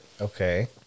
Okay